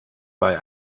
bei